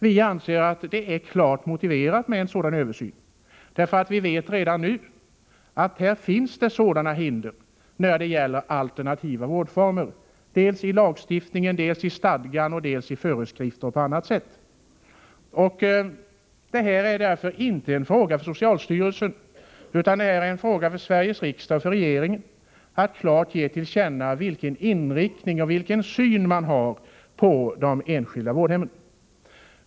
Vi anser att en sådan översyn är klart motiverad, eftersom det redan nu föreligger hinder för alternativa vårdformer dels i lagstiftningen, dels i stadgan, dels i föreskrifter och på annat sätt. Det här är därför inte en fråga för socialstyrelsen, utan det är Sveriges riksdag och regeringen som klart skall ge till känna vilken inriktning och vilken syn man har på de enskilda vårdhemmen.